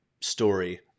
story